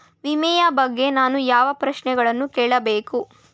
ವಿಮೆಯ ಬಗ್ಗೆ ನಾನು ಯಾವ ಪ್ರಶ್ನೆಗಳನ್ನು ಕೇಳಬೇಕು?